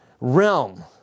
realm